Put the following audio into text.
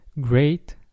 great